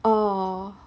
orh